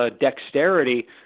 dexterity